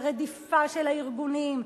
לרדיפה של הארגונים,